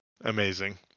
Amazing